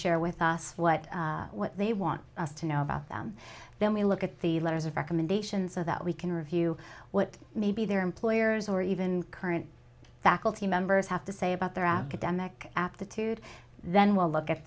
share with us what what they want us to know about them then we look at the letters of recommendation so that we can review what may be their employers or even current faculty members have to say about their academic aptitude then we'll look at